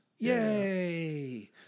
Yay